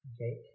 okay